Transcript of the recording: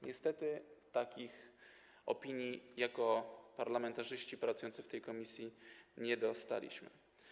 Niestety takich opinii jako parlamentarzyści pracujący w tej komisji nie dostaliśmy.